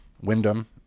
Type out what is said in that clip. Wyndham